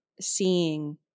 seeing